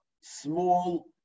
small